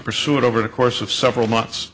pursue it over the course of several months